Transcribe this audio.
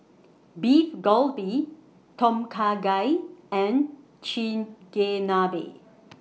Beef Galbi Tom Kha Gai and Chigenabe